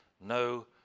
no